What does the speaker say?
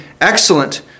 excellent